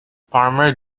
farmer